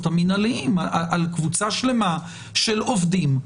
המינהליים על קבוצה שלמה של עובדים,